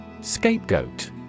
Scapegoat